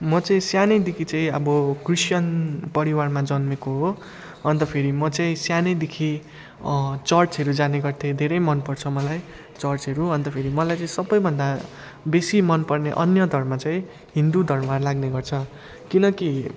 म चाहिँ सानैदेखि चाहिँ अब क्रिस्चियन परिवारमा जन्मिएको हो अन्त फेरि म चाहिँ सानैदेखि चर्चहरू जाने गर्थेँ धेरै मनपर्छ मलाई चर्चहरू अन्त फेरि मलाई चाहिँ सबैभन्दा बेसी मनपर्ने अन्य धर्म चाहिँ हिन्दू धर्म लाग्ने गर्छ किनकि